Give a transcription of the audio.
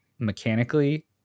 mechanically